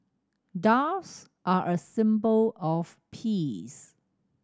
doves are a symbol of peace